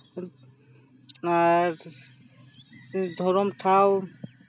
ᱟᱨ ᱫᱷᱚᱨᱚᱢ ᱴᱷᱟᱶ